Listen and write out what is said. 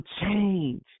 change